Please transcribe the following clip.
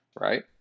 right